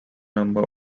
number